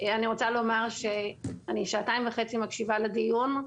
אני רוצה לומר שאני שעתיים וחצי מקשיבה לדיון,